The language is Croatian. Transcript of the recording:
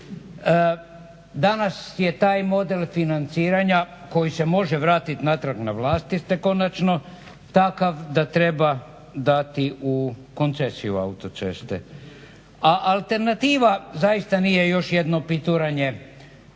Danas je taj model financiranja, koji se može vratiti natrag jer na vlasti se konačno, takav da treba dati u koncesiju autoceste. A alternativa zaista nije još jedno pituranje